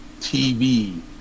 TV